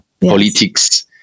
politics